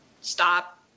stop